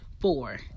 Four